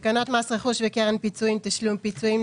תקנות מס רכוש וקרן פיצויים (תשלום פיצויים)